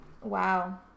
Wow